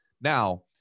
Now